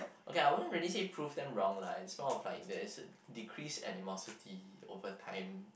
okay I won't really say prove them wrong lah is more of like there is decreased animosity over time